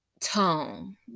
tone